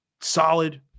Solid